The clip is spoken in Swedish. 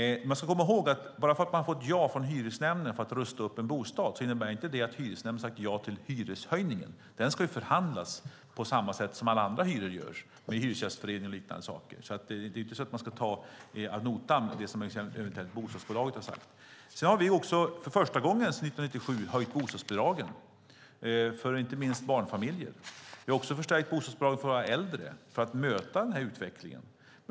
Vi ska komma ihåg att bara för att man har fått ja från hyresnämnden till att rusta upp en bostad innebär det inte att hyresnämnden har sagt ja till hyreshöjningen. Den ska förhandlas, på samma sätt som alla andra hyror, med Hyresgästföreningen och liknande. Det är inte så att man ska ta det som bostadsbolaget eventuellt har sagt ad notam. Vi har för första gången sedan 1997 höjt bostadsbidragen för inte minst barnfamiljer. Vi har också förstärkt bostadsbidraget för våra äldre för att möta denna utveckling.